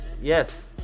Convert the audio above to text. Yes